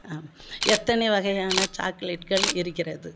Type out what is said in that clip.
எத்தனை வகையான சாக்லேட்கள் இருக்கிறது